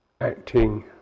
acting